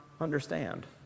understand